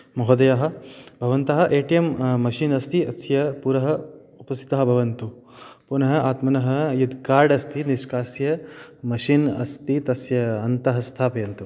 महोदय भवन्तः A T M machine अस्ति अस्य पुरः उपसीतः भवन्तु पुनः आत्मनः यत् कार्ड् अस्ति निष्कास्य मशिन् अस्ति तस्य अन्तः स्थापयन्तु